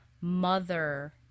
mother